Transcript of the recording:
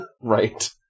Right